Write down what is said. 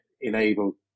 enable